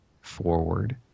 forward